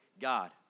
God